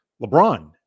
LeBron